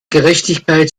gerechtigkeit